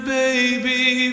baby